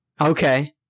Okay